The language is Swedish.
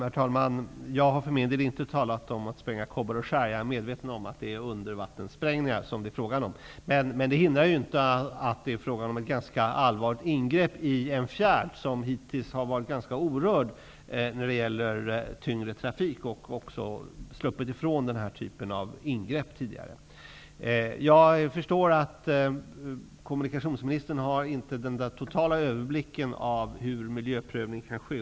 Herr talman! Jag har för min del inte talat om att spränga kobbar och skär. Jag är medveten om att det är fråga om undervattenssprängningar. Det hindrar dock inte att det är fråga om ett ganska allvarligt ingrepp i en fjärd som hittills har varit tämligen orörd när det gäller tyngre trafik. Jag förstår att kommunikationsministern inte har den totala överblicken över hur miljöprövning kan ske.